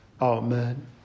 Amen